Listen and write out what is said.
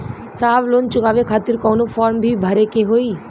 साहब लोन चुकावे खातिर कवनो फार्म भी भरे के होइ?